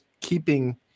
keeping